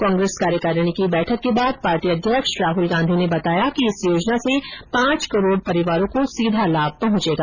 कांग्रेस कार्यकारिणी की बैठक के बाद पार्टी अध्यक्ष राहुल गांधी ने बताया कि इस योजना से पांच करोड़ परिवारों को सीधा लाभ पहंचेगा